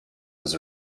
was